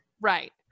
Right